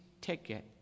ticket